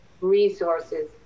resources